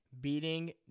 beating